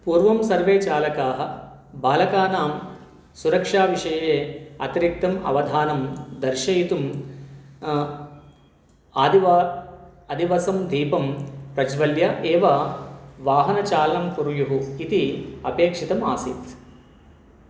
पूर्वं सर्वे चालकाः बालकानां सुरक्षाविषये अतिरिक्तम् अवधानं दर्शयितुम् आदिवसम् आदिवसं दीपं प्रज्वल्य एव वाहनचालनं कुर्युः इति अपेक्षितम् आसीत्